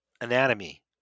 anatomy